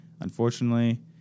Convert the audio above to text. Unfortunately